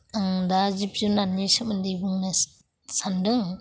आं दा जिब जुनारनि सोमोन्दै बुंनो सान्दों